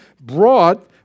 brought